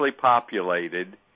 populated